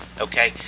okay